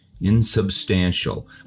insubstantial